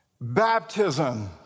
Baptism